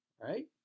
right